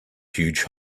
huge